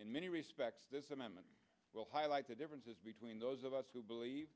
in many respects this amendment will highlight the differences between those of us who believe